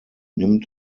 nimmt